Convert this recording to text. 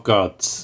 Gods